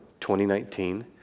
2019